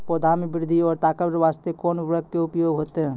पौधा मे बृद्धि और ताकतवर बास्ते कोन उर्वरक के उपयोग होतै?